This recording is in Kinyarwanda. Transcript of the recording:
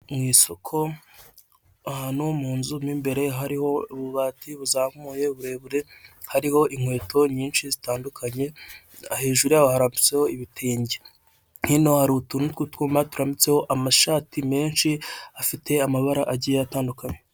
Mu isoko ahantu mu nzu mo imbere hariho ububati buzamuye burebure, hariho inkweto nyinshi zitandukanye, hejuru yaho harambitseho ibitenge. Hino hari utuntu tw'utwuma turambitseho amashati menshi afite amabara agiye atandukanye.